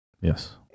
Yes